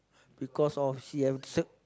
because of he have